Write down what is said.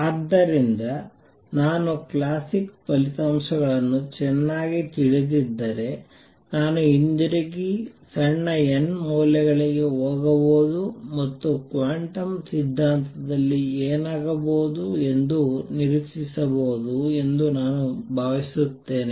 ಆದ್ದರಿಂದ ನಾನು ಕ್ಲಾಸಿಕ್ ಫಲಿತಾಂಶಗಳನ್ನು ಚೆನ್ನಾಗಿ ತಿಳಿದಿದ್ದರೆ ನಾನು ಹಿಂತಿರುಗಿ ಸಣ್ಣ n ಮೌಲ್ಯಗಳಿಗೆ ಹೋಗಬಹುದು ಮತ್ತು ಕ್ವಾಂಟಮ್ ಸಿದ್ಧಾಂತದಲ್ಲಿ ಏನಾಗಬಹುದು ಎಂದು ನಿರೀಕ್ಷಿಸಬಹುದು ಎಂದು ನಾನು ಭಾವಿಸುತ್ತೇನೆ